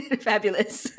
Fabulous